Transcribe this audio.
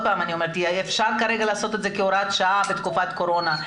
אפשר לעשות את זה כרגע כהוראתך שעה בתקופת הקורונה,